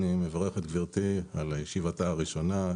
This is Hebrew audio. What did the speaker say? אני מברך את גברתי על ישיבתה הראשונה.